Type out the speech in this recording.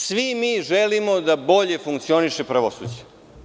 Svi mi želimo da bolje funkcioniše pravosuđe.